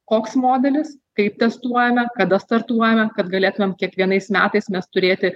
koks modelis kaip testuojame kada startuojame kad galėtumėm kiekvienais metais mes turėti